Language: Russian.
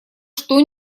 что